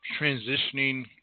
transitioning